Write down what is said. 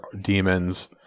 demons